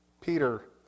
Peter